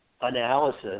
analysis